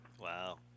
Wow